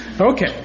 Okay